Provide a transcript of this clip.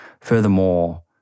Furthermore